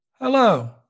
Hello